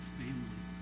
family